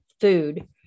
food